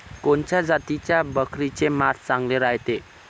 कोनच्या जातीच्या बकरीचे मांस चांगले रायते?